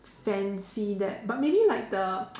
fancy that but maybe like the